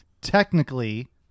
Technically